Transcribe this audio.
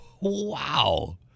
Wow